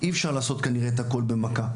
אי אפשר לעשות כנראה את הכול במכה.